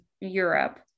Europe